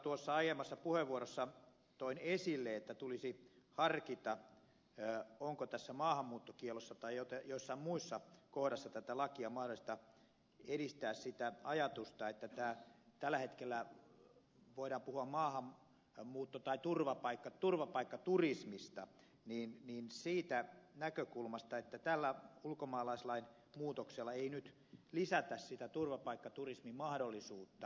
tuossa aiemmassa puheenvuorossani toin esille tätä näkökulmaa että tulisi harkita onko tässä maahanmuuttokiellossa tai jossain muussa kohdassa tätä lakia mahdollista edistää sitä ajatusta että tällä hetkellä voidaan puhua maahan mutta muutto tai turvapaikkaturvapaikkaturismistattiin turvapaikkaturismista siitä näkökulmasta että tällä ulkomaalaislain muutoksella ei nyt lisätä sitä turvapaikkaturismin mahdollisuutta